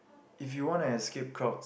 if you want escape crowd